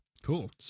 Cool